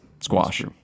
squash